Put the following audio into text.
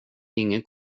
ingen